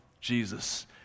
Jesus